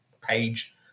page